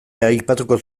aipatuko